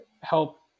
help